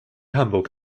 hamburg